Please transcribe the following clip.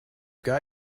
get